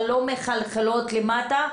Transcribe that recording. אבל לא מחלחלות למטה,